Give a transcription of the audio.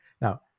now